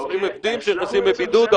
20 עובדים שנכנסים לבידוד,